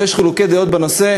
שבו יש חילוקי דעות בנושא,